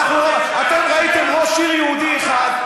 אתם ראיתם ראש עיר יהודי אחד,